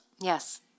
Yes